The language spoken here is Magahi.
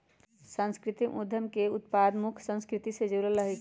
सांस्कृतिक उद्यम के उत्पाद मुख्य संस्कृति से जुड़ल रहइ छै